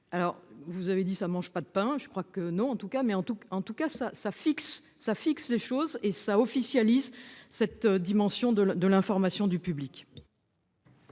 Alors vous avez dit ça mange pas de pain. Je crois que non en tout cas mais en tout cas, en tout cas ça ça fixe ça fixe les choses et ça officialise cette dimension de de l'information du public.